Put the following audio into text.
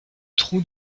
trous